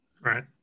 right